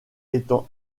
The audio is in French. étant